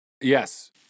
yes